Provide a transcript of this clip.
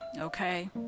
okay